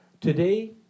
Today